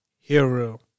Hero